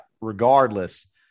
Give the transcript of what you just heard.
Regardless